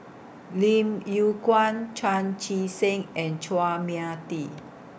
Lim Yew Kuan Chan Chee Seng and Chua Mia Tee